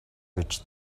гэж